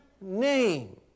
name